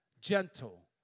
gentle